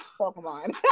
Pokemon